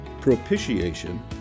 propitiation